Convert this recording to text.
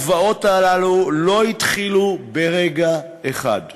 הזוועות הללו לא התחילו ברגע אחד.